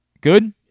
Good